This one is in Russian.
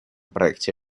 проекте